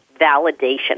validation